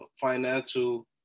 financial